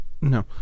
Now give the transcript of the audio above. no